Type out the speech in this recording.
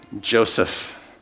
Joseph